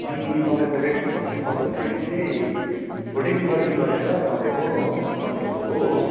अनि तपाईँको रेट चाहिँ कस्तो छ भन्दाखेरि चाहिँ फुडिङ लजिङ गरेर तपाईँको पन्ध्र सय हो हो